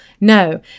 No